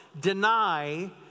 deny